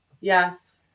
Yes